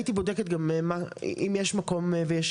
הייתי בודקת גם מה או אם יש מקום ויש